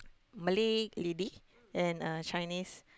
Malay lady and a Chinese